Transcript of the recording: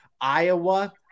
Iowa